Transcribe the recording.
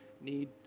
need